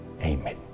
Amen